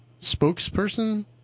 Spokesperson